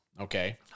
Okay